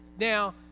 now